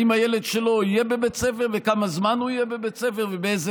אם הילד שלו יהיה בבית ספר וכמה זמן הוא יהיה בבית ספר ובאיזה